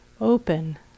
open